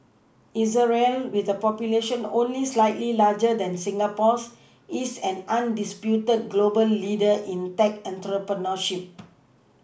israel with a population only slightly larger than Singapore's is an undisputed global leader in tech entrepreneurship